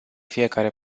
fiecare